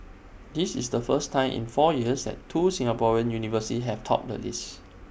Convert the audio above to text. this is the first time in four years that two Singaporean universities have topped the list